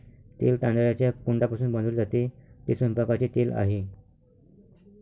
तेल तांदळाच्या कोंडापासून बनवले जाते, ते स्वयंपाकाचे तेल आहे